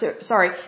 sorry